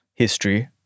history